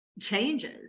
changes